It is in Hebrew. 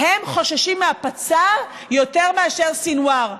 הם חוששים מהפצ"ר יותר מאשר מסנוואר.